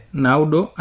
naudo